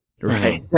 Right